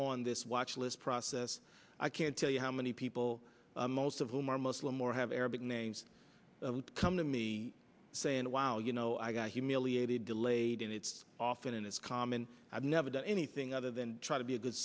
on this watch list process i can't tell you how many people most of whom are muslim or have arabic names come to me saying wow you know i got humiliated delayed and it's often and it's common i've never done anything other than try to be a good